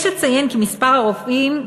יש לציין כי מספר הרופאים,